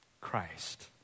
Christ